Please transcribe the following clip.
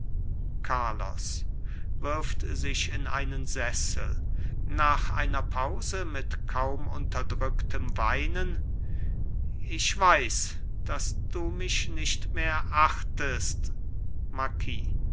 carlos wirft sich in einen sessel nach einer pause mit kaum unterdrücktem weinen ich weiß daß du mich nicht mehr achtest